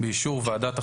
באישור ועדת החינוך,